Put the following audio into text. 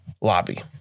lobby